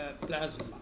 plasma